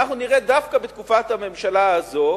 אנחנו נראה דווקא בתקופת הממשלה הזו